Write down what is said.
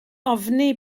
ofni